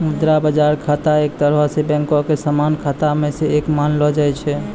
मुद्रा बजार खाता एक तरहो से बैंको के समान्य खाता मे से एक मानलो जाय छै